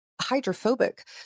hydrophobic